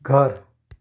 घर